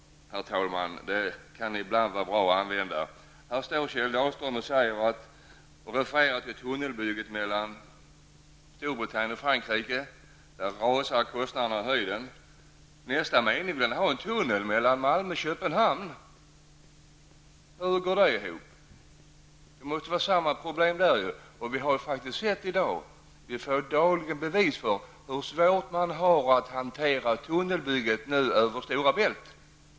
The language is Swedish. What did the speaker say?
Det kan ibland, herr talman, vara bra att använda logik. Kjell Dahlström står här och refererar till tunnelbygget mellan Storbritannien och Frankrike och att kostnaderna där stiger i höjden. I nästa mening vill han ha en tunnel mellan Malmö och Köpenhamn. Hur går det ihop? Det måste vara samma problem där. Vi får dessutom dagligen bevis för hur svårt man har att hantera tunnelbygget över Stora Bält.